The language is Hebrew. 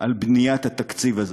על בניית התקציב הזה,